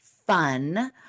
fun